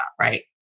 right